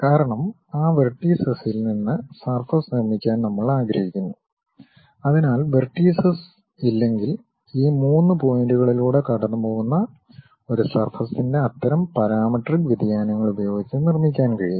കാരണം ഈ വെർടീസസിൽ നിന്ന് സർഫസ് നിർമ്മിക്കാൻ നമ്മൾ ആഗ്രഹിക്കുന്നു അതിനാൽ വെർടീസസ് ഇല്ലെങ്കിൽ ഈ മൂന്ന് പോയിന്റുകളിലൂടെ കടന്നുപോകുന്ന ഒരു സർഫസിൻ്റെ അത്തരം പാരാമെട്രിക് വ്യതിയാനങ്ങൾ ഉപയോഗിച്ച് നിർമ്മിക്കാൻ കഴിയും